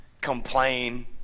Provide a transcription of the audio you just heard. Complain